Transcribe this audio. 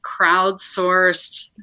crowdsourced